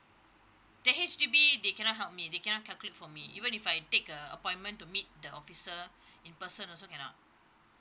the H_D_B they cannot help me they cannot calculate for me even if I take a appointment to meet the officer in person also cannot